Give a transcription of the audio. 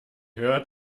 hört